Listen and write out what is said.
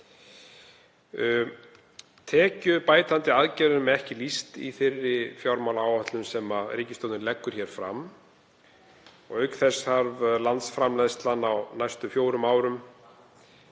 Tekjubætandi aðgerðum er ekki lýst í þeirri fjármálaáætlun sem ríkisstjórnin leggur hér fram. Auk þess þarf landsframleiðslan á næstu fjórum árum